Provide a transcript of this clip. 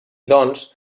doncs